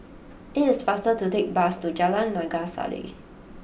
it is faster to take the bus to Jalan Naga Sari